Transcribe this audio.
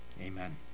amen